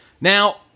Now